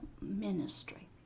ministry